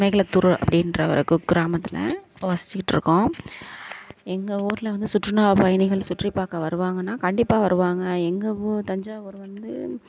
மேகலத்தூரு அப்படின்ற ஒரு குக்கிராமத்தில் இப்போ வசித்துக்கிட்ருக்கோம் எங்கள் ஊரில் வந்து சுற்றுலா பயணிகள் சுற்றிப்பார்க்க வருவாங்கன்னா கண்டிப்பாக வருவாங்க எங்கள் ஊர் தஞ்சாவூர் வந்து